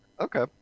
Okay